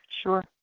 Sure